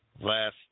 last